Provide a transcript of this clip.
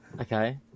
Okay